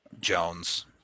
Jones